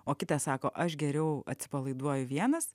o kitas sako aš geriau atsipalaiduoju vienas